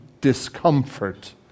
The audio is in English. discomfort